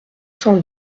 cent